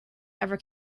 ever